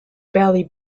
barely